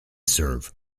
serve